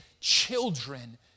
children